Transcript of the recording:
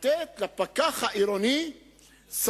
חשוב, ויכוח עקרוני.